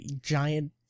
giant